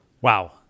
Wow